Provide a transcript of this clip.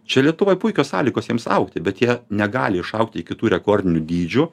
čia lietuvoj puikios sąlygos jiems augti bet jie negali išaugti iki tų rekordinių dydžių